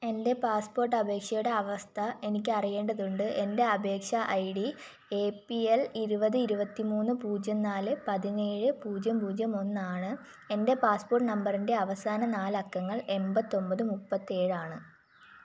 എൻ്റെ പാസ്പോർട്ട് അപേക്ഷയുടെ അവസ്ഥ എനിക്ക് അറിയേണ്ടതുണ്ട് എൻ്റെ അപേക്ഷാ I D A P L ഇരുപത് ഇരുപത്തി മൂന്ന് പൂജ്യം നാല് പതിനേഴ് പൂജ്യം പൂജ്യം ഒന്നാണ് എൻ്റെ പാസ്പോർട്ട് നമ്പറിൻ്റെ അവസാന നാലക്കങ്ങൾ എൺപത്തൊമ്പത് മുപ്പത്തേഴാണ്